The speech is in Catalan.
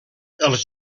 els